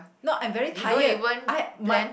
not I'm very tired I might